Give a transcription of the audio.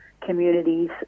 communities